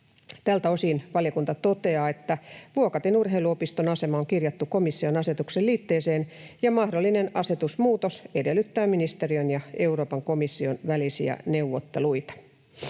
Tältä osin valiokunta toteaa, että Vuokatin urheiluopiston asema on kirjattu komission asetuksen liitteeseen ja mahdollinen asetusmuutos edellyttää ministeriön ja Euroopan komission välisiä neuvotteluita.